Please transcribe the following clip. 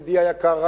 ידידי היקר,